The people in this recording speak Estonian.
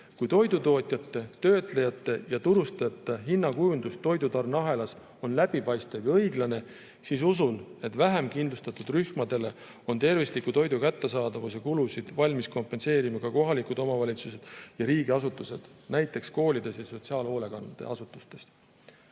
Kui toidutootjate, ‑töötlejate ja ‑turustajate hinnakujundus toidutarneahelas on läbipaistev ja õiglane, siis usun, et vähem kindlustatud rühmadele on tervisliku toidu kättesaadavuse kulusid valmis kompenseerima ka kohalikud omavalitsused ja riigiasutused, näiteks koolides ja sotsiaalhoolekandeasutustes.